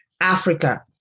Africa